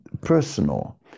personal